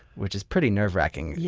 which is pretty nerve-wracking. yeah